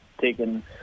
taken